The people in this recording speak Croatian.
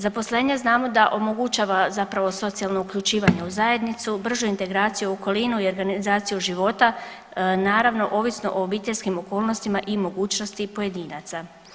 Zaposlenje znamo da omogućava zapravo socijalno uključivanje u zajednicu, bržu integraciju u okolinu i organizaciju života naravno ovisno o obiteljskim okolnostima i mogućnosti pojedinaca.